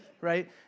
right